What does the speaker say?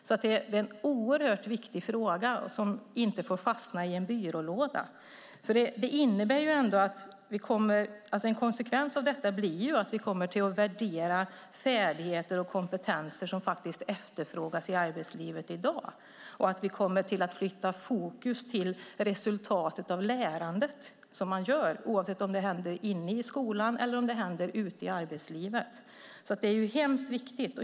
Det är en oerhört viktig fråga som inte får fastna i en byrålåda. En konsekvens av detta blir ju att vi kommer att värdera färdigheter och kompetenser som faktiskt efterfrågas i arbetslivet i dag och att vi kommer att flytta fokus till resultatet av lärandet oavsett om det händer inne i skolan eller om det händer ute i arbetslivet. Det är hemskt viktigt.